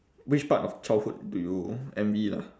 which part of childhood do you envy lah